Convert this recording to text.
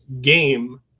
game